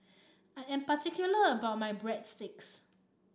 I am particular about my Breadsticks